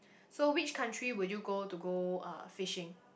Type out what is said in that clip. so which country would you go to go uh fishing